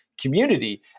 community